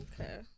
okay